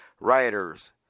writers